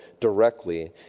directly